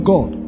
God